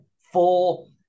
full